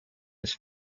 his